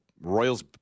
Royals –